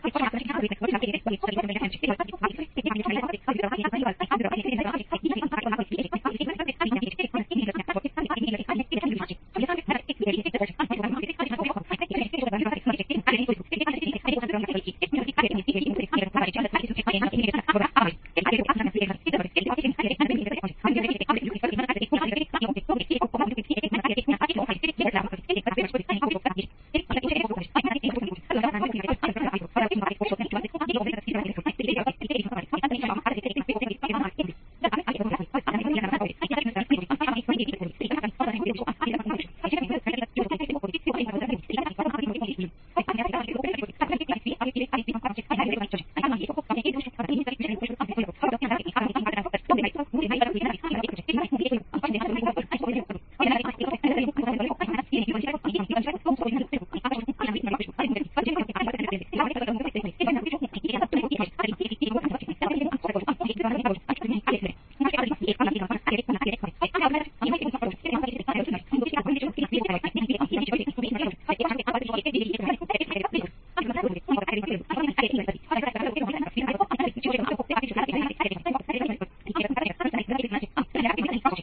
બે વિદ્યુત પ્રવાહોનો અહીં અસરકારક રીતે સારાંશ છે